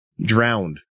drowned